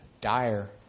dire